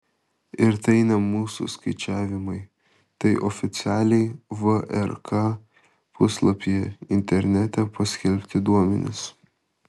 ir tai ne mūsų skaičiavimai tai oficialiai vrk puslapyje internete paskelbti duomenys